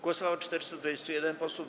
Głosowało 421 posłów.